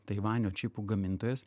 taivanio čipų gamintojas